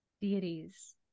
Deities